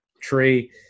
tree